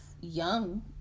young